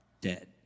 dead